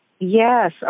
Yes